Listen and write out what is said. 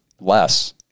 less